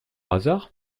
hasard